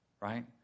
Right